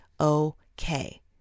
okay